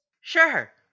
Sure